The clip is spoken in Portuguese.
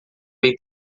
bem